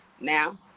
Now